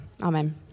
Amen